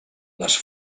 les